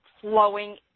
flowing